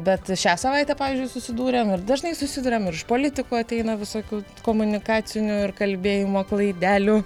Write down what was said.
bet šią savaitę pavyzdžiui susidūrėm ir dažnai susiduriam ir iš politikų ateina visokių komunikacinių ir kalbėjimo klaidelių